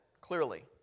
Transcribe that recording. clearly